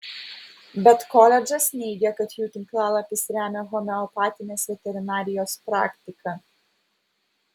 bet koledžas neigia kad jų tinklalapis remia homeopatinės veterinarijos praktiką